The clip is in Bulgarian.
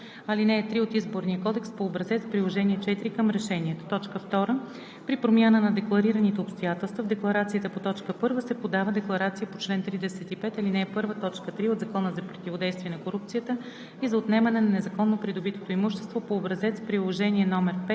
т. 1 от Закона за противодействие на корупцията и за отнемане на незаконно придобитото имущество във връзка с чл. 50, ал. 3 от Изборния кодекс по образец – Приложение № 4 към решението; 2. При промяна на декларираните обстоятелства в декларацията по т. 1 се подава декларация по чл. 35, ал. 1, т. 3 от Закона за противодействие